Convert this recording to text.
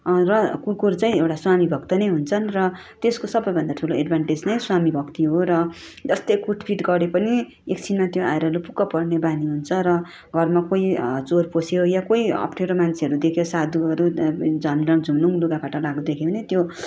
र कुकुर चाहिँ एउटा स्वामी भक्त नै हुन्छन् र त्यसको सबैभन्दा ठुलो एडभान्टेज नै स्वामी भक्ति हो र जस्तै कुटपिट गरे पनि एकछिनमा त्यो आएर लुपुक्कै पर्ने बानी हुन्छ र घरमा कोही चोर पस्यो या कोही अपठ्यारो मान्छेहरू देख्यो साधुहरू झामराङ झुमुरुङ लुगाफाटा लगाएको देख्यो भने त्यो